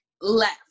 left